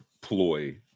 ploy